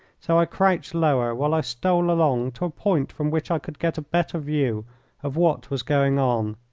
so i crouched lower while i stole along to a point from which i could get a better view of what was going on.